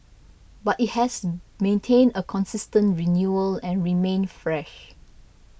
but it has maintained a consistent renewal and remained fresh